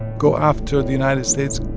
go after the united states